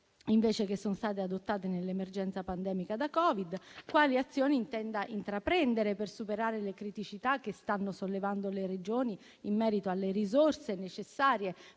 e le misure adottate nell'emergenza pandemica da Covid-19; quali azioni intenda intraprendere per superare le criticità che stanno sollevando le Regioni in merito alle risorse necessarie